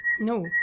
No